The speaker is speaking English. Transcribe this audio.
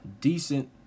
decent